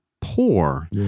poor